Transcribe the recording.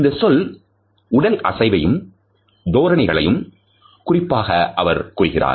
இந்தச் சொல் உடல் அசைவையும் தோரணைகளையும் குறிப்பதாக அவர் கூறுகிறார்